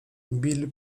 bill